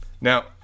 Now